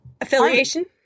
affiliation